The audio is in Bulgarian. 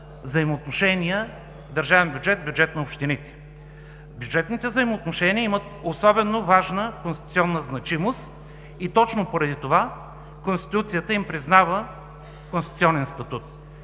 взаимоотношения държавен бюджет – бюджет на общините. Бюджетните взаимоотношения имат особено важна конституционна значимост. Точно поради това Конституцията им признава конституционен статут.